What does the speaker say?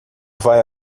vai